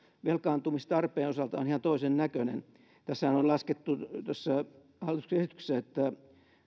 velkaantumistarpeen osalta on ihan toisennäköinen tässä hallituksen esityksessähän on laskettu että